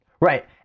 right